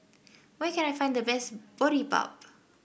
where can I find the best Boribap